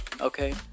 okay